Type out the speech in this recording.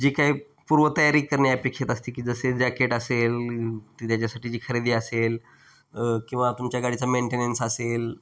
जी काही पूर्व तयारी करणे अपेक्षित असते की जसे जॅकेट असेल ती त्याच्यासाठी जी खरेदी असेल किंवा तुमच्या गाडीचा मेंटेनन्स असेल